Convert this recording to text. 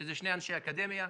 שזה שני אנשי אקדמיה,